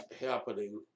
happening